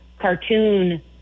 cartoon